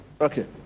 Okay